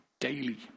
daily